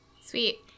sweet